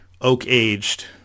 oak-aged